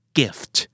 gift